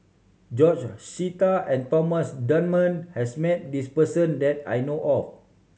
George Sita and Thomas Dunman has met this person that I know of